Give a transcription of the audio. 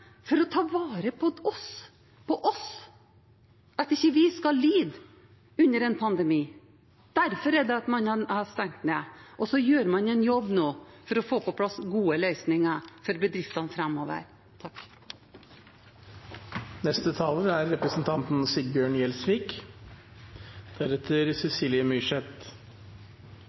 for å ta vare på oss – på oss – for at vi ikke skal lide under en pandemi. Derfor har man stengt ned, og nå gjør man en jobb for å få på plass gode løsninger for bedriftene